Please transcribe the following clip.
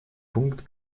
пункт